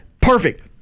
Perfect